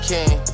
King